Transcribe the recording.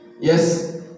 Yes